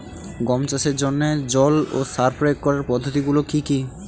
গম চাষের জন্যে জল ও সার প্রয়োগ করার পদ্ধতি গুলো কি কী?